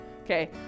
okay